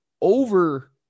over